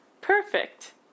perfect